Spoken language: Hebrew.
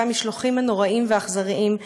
והמשלוחים הנוראיים והאכזריים,